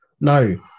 No